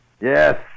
Yes